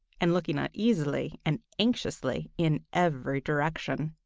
and looking uneasily and anxiously in every direction.